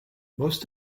most